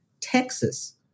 Texas